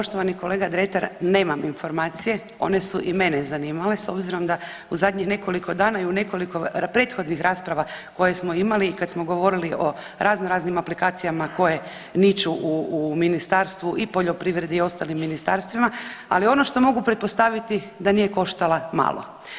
Poštovani kolega Dretar, nemam informacije, one su i mene zanimale s obzirom da u zadnjih nekoliko dana i u nekoliko prethodnih rasprava koje smo imali i kad smo govorili o razno raznim aplikacijama koje niču u, u Ministarstvu i poljoprivrede i ostalim ministarstvima, ali ono što mogu pretpostaviti da nije koštala malo.